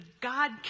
God